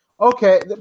okay